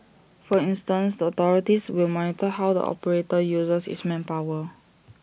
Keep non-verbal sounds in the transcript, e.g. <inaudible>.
for instance the authorities will monitor how the operator uses its <noise> manpower